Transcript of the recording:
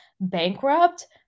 bankrupt